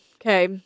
Okay